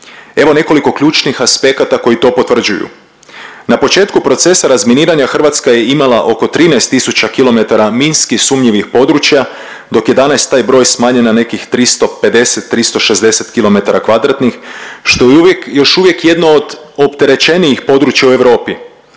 Evo nekoliko ključnih aspekata koji to potvrđuju. Na početku procesa razminiranja Hrvatska je imala oko 13 tisuća kilometara minski sumnjivih područja dok je danas taj broj smanjen na nekih 350-360 kilometara kvadratnih što je još uvijek jedno od opterećenijih područja u Europi.